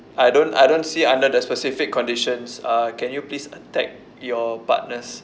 I don't I don't see under the specific conditions uh can you please attack your partners